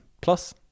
Plus